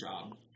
job